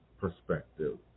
perspective